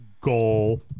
goal